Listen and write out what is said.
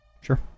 Sure